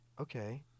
okay